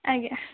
ଆଜ୍ଞା